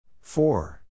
Four